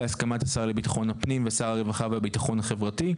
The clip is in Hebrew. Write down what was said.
בהסכמת השר לביטחון הפנים ושר הרווחה והביטחון החברתי,